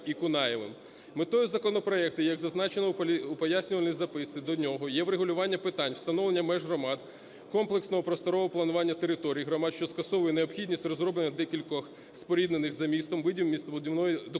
і Кунаєвим. Метою законопроекту, як зазначено в пояснювальній записці до нього, є врегулювання питань встановлення меж громад, комплексного просторового планування територій громад, що скасовує необхідність розроблення декількох споріднених за змістом видів містобудівної документації